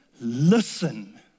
listen